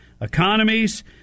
economies